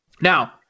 Now